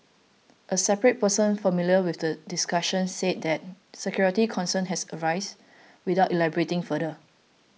a separate person familiar with the discussions said that security concerns had arisen without elaborating further